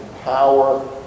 power